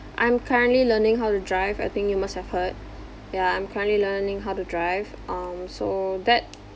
I'm currently learning how to drive I think you must have heard yeah I'm currently learning how to drive um so that